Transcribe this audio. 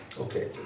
Okay